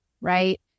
right